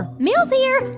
ah mail's here.